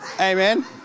Amen